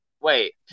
wait